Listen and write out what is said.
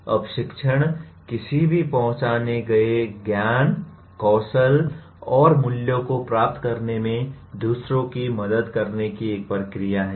अब शिक्षण किसी भी पहचाने गए ज्ञान कौशल और मूल्यों को प्राप्त करने में दूसरों की मदद करने की एक प्रक्रिया है